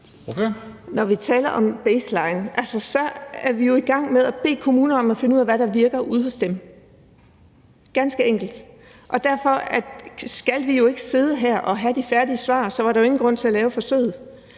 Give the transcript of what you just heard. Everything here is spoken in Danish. Når vi taler om baseline, er det jo, for vi er i gang med at bede kommunerne om at finde ud af, hvad der virker ude hos dem – ganske enkelt. Og derfor skal vi jo ikke sidde her og have de færdige svar, for så var der jo ingen grund til at lave forsøget.